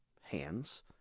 hands